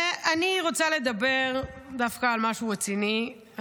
אני רוצה לדבר דווקא על משהו רציני.